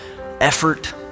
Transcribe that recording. effort